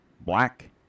black